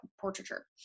portraiture